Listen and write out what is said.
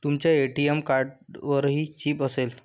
तुमच्या ए.टी.एम कार्डवरही चिप असेल